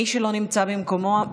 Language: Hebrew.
מי שלא נמצא במקומו,